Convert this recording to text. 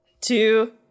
two